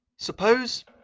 Suppose